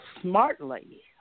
smartly